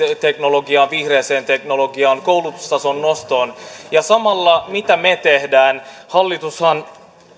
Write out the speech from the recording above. teknologiaan vihreään teknologiaan koulutustason nostoon ja samalla mitä me teemme hallitushan